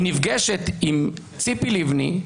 היא נפגשת עם ציפי לבני,